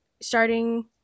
starting